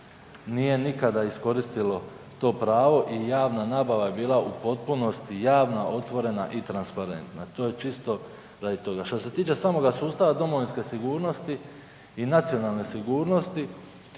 nije nikada iskoristilo to pravo i javna nabava je bila u potpunosti javna, otvorena i transparentna. To je čisto radi toga. Što se tiče samoga sustava domovinske sigurnosti i nacionalne sigurnosti,